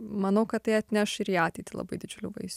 manau kad tai atneš ir į ateitį labai didžiulių vaisių